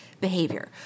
behavior